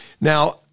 Now